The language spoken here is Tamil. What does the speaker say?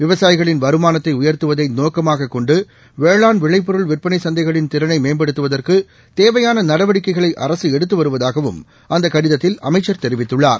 விவசாயிகளின் வருமானத்தை உயா்த்துவதை நோக்கமாக கொண்டு வேளாண் விளைப்பொருள் விற்பளை சந்தைகளின் திறளை மேம்படுத்துவதற்கு தேவையாள நடவடிக்கைகளைஅரசு எடுத்து வருவதாகவும் அந்த கடிதத்தில் அமைச்சர் தெரிவித்துள்ளார்